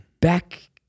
Back